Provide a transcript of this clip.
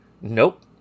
nope